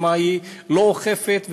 ומה היא לא אוכפת,